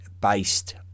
based